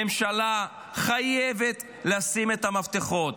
הממשלה חייבת לשים את המפתחות.